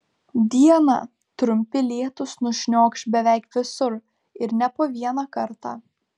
dieną trumpi lietūs nušniokš beveik visur ir ne po vieną kartą